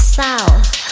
south